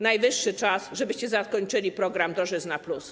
Najwyższy czas, żebyście zakończyli program drożyzna+.